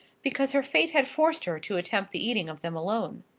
because her fate had forced her to attempt the eating of them alone.